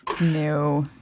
No